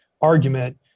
argument